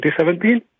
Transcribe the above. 2017